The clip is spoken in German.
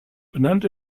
benannt